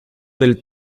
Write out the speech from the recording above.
del